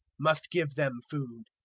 must give them food.